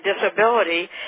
Disability